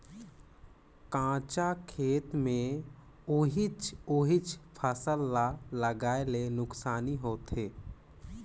कंचा खेत मे ओहिच ओहिच फसल ल लगाये ले नुकसानी होथे